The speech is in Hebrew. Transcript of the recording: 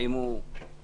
האם הוא עוזר